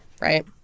Right